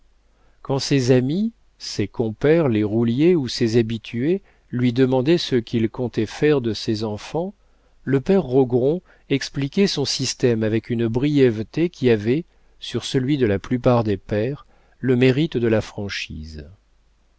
quand ses amis ses compères les rouliers ou ses habitués lui demandaient ce qu'il comptait faire de ses enfants le père rogron expliquait son système avec une brièveté qui avait sur celui de la plupart des pères le mérite de la franchise